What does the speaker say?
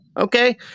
okay